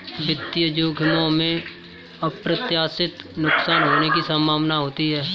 वित्तीय जोखिमों में अप्रत्याशित नुकसान होने की संभावना होती है